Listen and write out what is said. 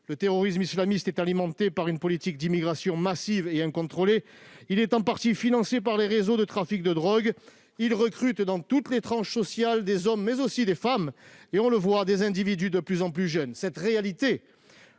Le terrorisme islamiste est alimenté par une politique d'immigration massive et incontrôlée. Il est en partie financé par les réseaux de trafic de drogue. Il recrute dans toutes les couches sociales des hommes, mais aussi des femmes, comme on a pu le constater, de plus en plus jeunes. Cette réalité